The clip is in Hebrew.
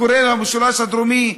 כולל המשולש הדרומי,